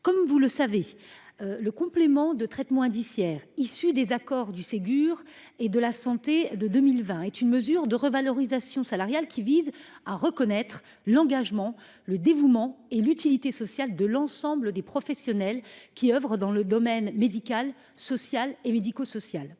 Comme vous le savez, le complément de traitement indiciaire (CTI) issu des accords du Ségur de la santé de 2020 est une mesure de revalorisation salariale ayant vocation à reconnaître l’engagement, le dévouement et l’utilité sociale de l’ensemble des professionnels des établissements et services sociaux et médico sociaux